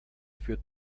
führt